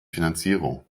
finanzierung